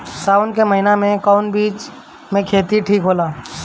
सावन के महिना मे कौन चिज के खेती ठिक होला?